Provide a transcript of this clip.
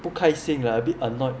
不开心 lah a bit annoyed